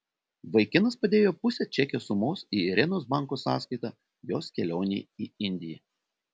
vaikinas padėjo pusę čekio sumos į irenos banko sąskaitą jos kelionei į indiją